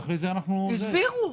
הסבירו.